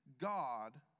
God